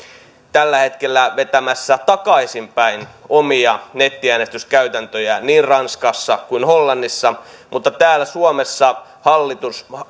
tällä hetkellä vetämässä takaisinpäin omia nettiäänestyskäytäntöjään niin ranskassa kuin hollannissa mutta täällä suomessa hallitus